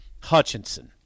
Hutchinson